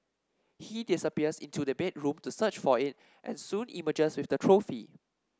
he disappears into the bedroom to search for it and soon emerges with the trophy